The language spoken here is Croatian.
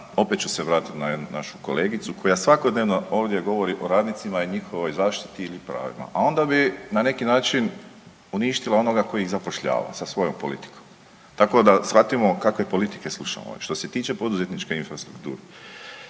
opet ću se vratit na jednu našu kolegicu koja svakodnevno ovdje govori o radnicima i njihovoj zaštiti ili pravima, a onda bi na neki način uništila onoga koji ih zapošljava sa svojom politikom, tako da shvatimo kakve politike slušamo ovdje. Što se tiče poduzetničke infrastrukture,